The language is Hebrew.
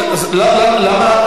אתה לא יכול להתמודד עם המציאות.